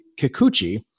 Kikuchi